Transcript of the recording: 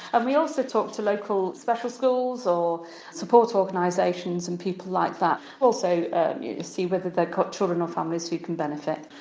and we also talk to local special schools or support organisations and people like that ah to see whether they've got children or families who can benefit.